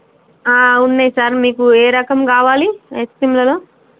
ఉన్నయి సార్ మీకు ఏ రకం కావాలి ఐస్క్రీమ్లలో